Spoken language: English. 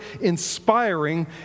inspiring